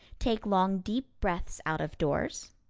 take long deep breaths out of doors.